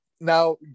now